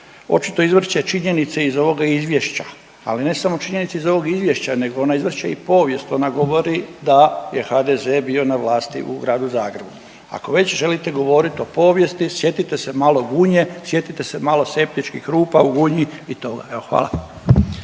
očito izvrće činjenice iz ovoga izvješća, ali ne samo činjenice iz ovoga izvješća nego ona izvrće i povijest, ona govori da je HDZ bio na vlasti u gradu Zagrebu. Ako već želite govoriti o povijesti sjetite se malo Gunje, sjetite se malo septičkih rupa u Gunji i toga. Evo